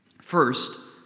First